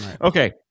okay